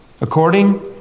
according